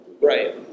right